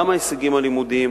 גם ההישגים הלימודיים,